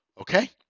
Okay